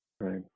Right